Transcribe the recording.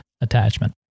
attachment